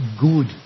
good